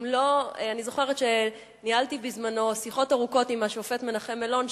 אני זוכרת שבזמנו ניהלתי שיחות ארוכות עם השופט מנחם אלון,